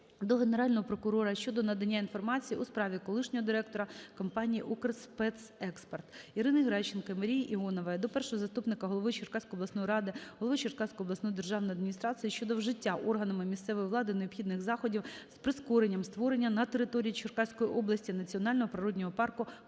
до Генерального прокурора щодо надання інформації у справі колишнього директора компанії "Укрспецекспорт". Ірини Геращенко та Марії Іонової до першого заступника голови Черкаської обласної ради, голови Черкаської обласної державної адміністрації щодо вжиття органами місцевої влади необхідних заходів з прискорення створення на території Черкаської області Національного природного парку "Холодний